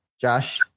Josh